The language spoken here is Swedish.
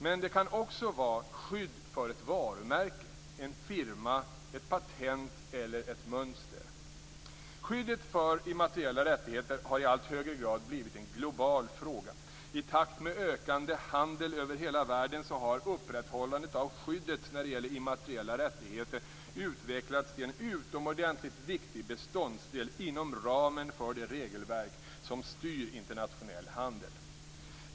Men det kan också vara skydd för ett varumärke, en firma, ett patent eller ett mönster. Skyddet för immateriella rättigheter har i allt högre grad blivit en global fråga. I takt med ökande handel över hela världen har upprätthållandet av skyddet när det gäller immateriella rättigheter utvecklats till en utomordentligt viktig beståndsdel inom ramen för det regelverk som styr internationell handel.